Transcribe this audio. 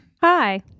Hi